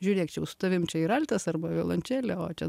žiūrėk čia jau su tavim čia ir altas arba violončelė o čia